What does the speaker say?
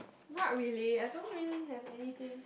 not really I don't really have anything